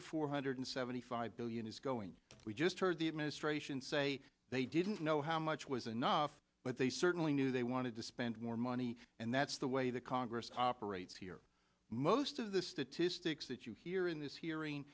the four hundred seventy five billion is going we just heard the administration say they didn't know how much was enough but they certainly knew they wanted to spend more money and that's the way the congress operates here most of the statistics that you hear in this hearing